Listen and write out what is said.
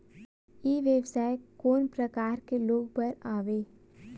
ई व्यवसाय कोन प्रकार के लोग बर आवे?